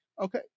Okay